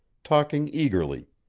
talking eagerly,